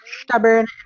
stubborn